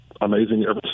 amazing